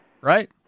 Right